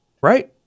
right